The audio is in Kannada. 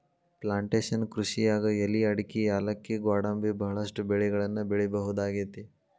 ಪ್ಲಾಂಟೇಷನ್ ಕೃಷಿಯಾಗ್ ಎಲಿ ಅಡಕಿ ಯಾಲಕ್ಕಿ ಗ್ವಾಡಂಬಿ ಬಹಳಷ್ಟು ಬೆಳಿಗಳನ್ನ ಬೆಳಿಬಹುದಾಗೇತಿ